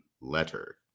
letter